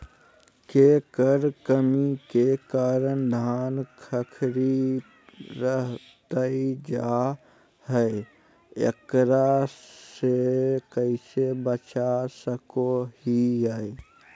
केकर कमी के कारण धान खखड़ी रहतई जा है, एकरा से कैसे बचा सको हियय?